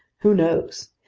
who knows?